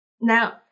Now